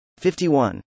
51